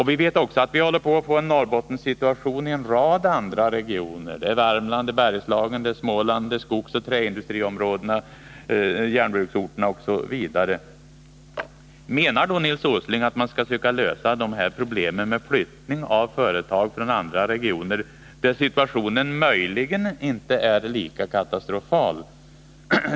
Vi vet också att vi håller på att få en Norrbottenssituation i en rad andra regioner: Värmland, Bergslagen, Småland, skogsoch träindustriområdena, järnbruksorterna osv. Menar då Nils Åsling att man skall försöka lösa de här problemen med flyttning av företag från andra regioner, där situationen möjligen inte är lika katastrofal?